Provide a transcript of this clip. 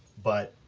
but,